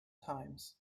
times